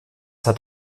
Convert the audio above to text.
hat